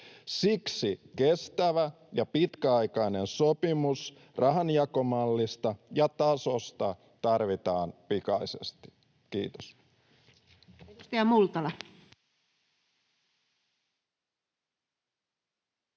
Siksi kestävä ja pitkäaikainen sopimus rahanjakomallista ja ‑tasosta tarvitaan pikaisesti. — Kiitos.